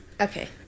Okay